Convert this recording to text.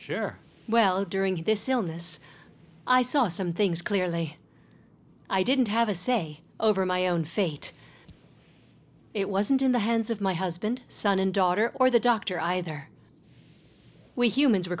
sure well during this illness i saw some things clearly i didn't have a say over my own fate it wasn't in the hands of my husband son and daughter or the doctor either we humans were